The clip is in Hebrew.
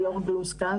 ליאור גלוסקא,